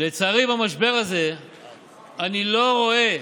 לצערי במשבר הזה אני לא רואה